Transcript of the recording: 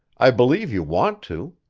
i believe you want to.